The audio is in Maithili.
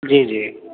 जी जी